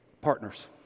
Partners